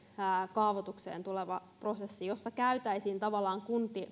kaavoitukseen tuleva prosessi jossa käytäisiin tavallaan